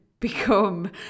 become